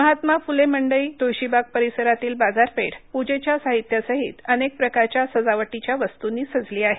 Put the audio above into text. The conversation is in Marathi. महात्मा फ्ले मंडई त्ळशीबाग परिसरातील बाजारपेठ पूजेच्या साहित्यासहीत अनेक प्रकारच्या सजावटीच्या वस्तूंनी सजली आहे